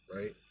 right